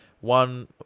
one